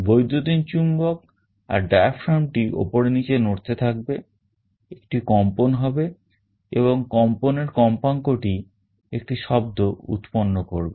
বৈদ্যুতিন চুম্বক আর diaphragmটি উপরে নিচে নড়তে থাকবে একটি কম্পন হবে এবং কম্পনের কম্পাঙ্কটি একটি শব্দ উৎপন্ন করবে